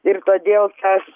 ir todėl tas